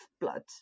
blood